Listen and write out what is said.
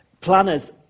planners